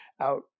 out